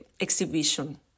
exhibition